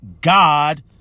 God